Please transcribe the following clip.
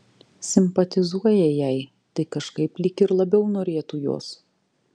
simpatizuoja jai tai kažkaip lyg ir labiau norėtų jos